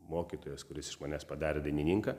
mokytojas kuris iš manęs padarė dainininką